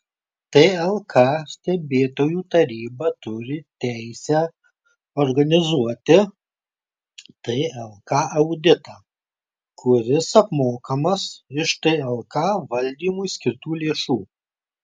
tlk stebėtojų taryba turi teisę organizuoti tlk auditą kuris apmokamas iš tlk valdymui skirtų lėšų